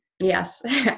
Yes